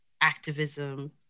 activism